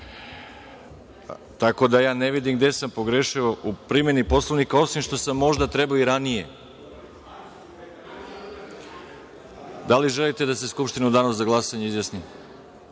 Tako da, ja ne vidim gde sam pogrešio u primeni Poslovnika, osim što sam možda trebao i ranije. Da li želite da se Skupština u danu za glasanje izjasni?